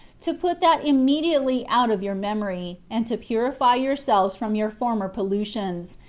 to put that immediately out of your memory, and to purify yourselves from your former pollutions,